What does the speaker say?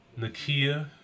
Nakia